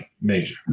major